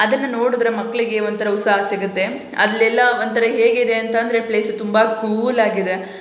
ಅದನ್ನು ನೋಡಿದ್ರೆ ಮಕ್ಕಳಿಗೆ ಒಂಥರ ಉತ್ಸಾಹ ಸಿಗುತ್ತೆ ಅಲ್ಲೆಲ್ಲ ಒಂಥರ ಹೇಗಿದೆ ಅಂತಂದರೆ ಪ್ಲೇಸು ತುಂಬ ಕೂಲ್ ಆಗಿದೆ